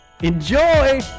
Enjoy